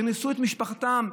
פרנסו את משפחתם,